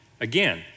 Again